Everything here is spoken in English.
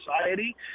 society